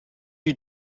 you